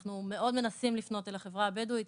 אנחנו מאוד מנסים לפנות אל החברה הבדואית.